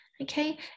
Okay